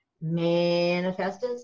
manifests